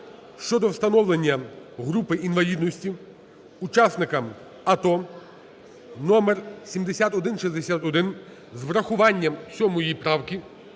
щодо встановлення групи інвалідності учасникам АТО (№7161) з врахуванням 7 правки,